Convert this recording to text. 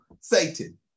Satan